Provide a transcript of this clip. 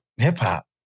hip-hop